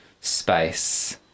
space